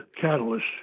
catalyst